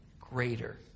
greater